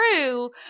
true